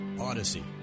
Odyssey